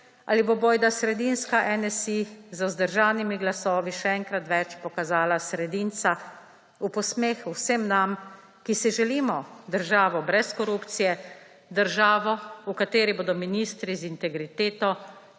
ali bo bojda sredinska Nsi z vzdržanimi glasovi še enkrat več pokazala sredinca v posmeh vsem nam, ki si želimo državo brez korupcije, državo, v kateri bodo ministri z integriteto